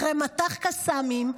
אחרי מטח קסאמים,